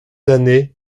années